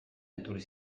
etorri